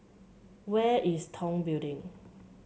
where is Tong Building